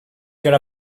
get